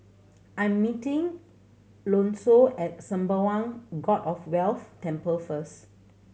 I'm meeting Alonso at Sembawang God of Wealth Temple first